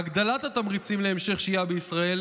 הגדלת התמריצים להמשך שהייה בישראל